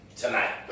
tonight